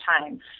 time